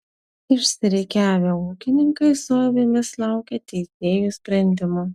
išsirikiavę ūkininkai su avimis laukė teisėjų sprendimo